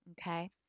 okay